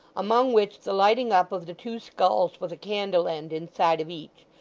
among which the lighting up of the two skulls with a candle-end inside of each,